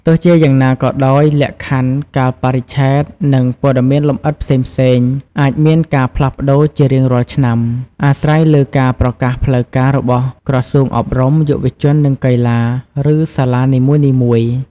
ទោះជាយ៉ាងណាក៏ដោយ លក្ខខណ្ឌ កាលបរិច្ឆេទ និងព័ត៌មានលម្អិតផ្សេងៗអាចមានការផ្លាស់ប្ដូរជារៀងរាល់ឆ្នាំ អាស្រ័យលើការប្រកាសផ្លូវការរបស់ក្រសួងអប់រំ យុវជន និងកីឡា ឬសាលានីមួយៗ។